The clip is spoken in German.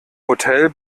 hotel